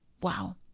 wow